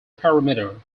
perimeter